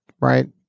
right